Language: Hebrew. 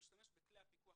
והשתמש בכלי הפיקוח